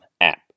app